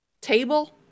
table